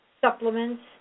supplements